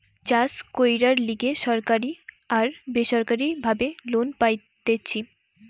চাষ কইরার লিগে সরকারি আর বেসরকারি ভাবে লোন পাইতেছি